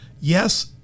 yes